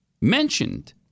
mentioned